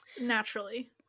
Naturally